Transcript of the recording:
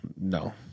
No